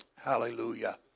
Hallelujah